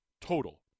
total